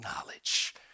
knowledge